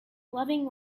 loving